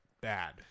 bad